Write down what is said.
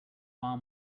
far